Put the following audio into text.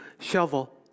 shovel